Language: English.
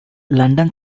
london